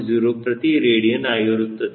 0 ಪ್ರತಿ ರೇಡಿಯನ್ ಆಗಿರುತ್ತದೆ